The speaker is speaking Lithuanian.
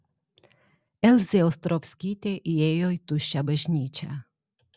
elzė ostrovskytė įėjo į tuščią bažnyčią